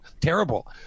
terrible